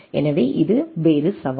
எனவே இது வேறு சவால்